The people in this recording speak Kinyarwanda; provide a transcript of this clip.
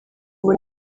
ngo